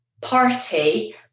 party